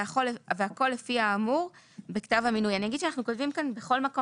והכול לפי אמור בכתב המינוי,"; אנחנו כותבים כאן 'בכל מקום',